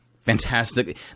fantastic –